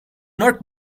not